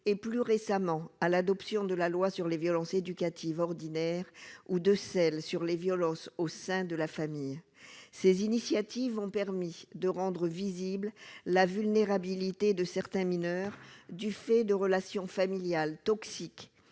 et plus récemment à l'adoption de la loi sur les violences éducatives ordinaires ou de celle sur les violences au sein de la famille, ces initiatives ont permis de rendre visible la vulnérabilité de certains mineurs du fait de relations familiales toxiques